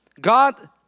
God